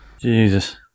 Jesus